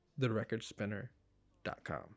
TheRecordSpinner.com